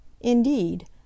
Indeed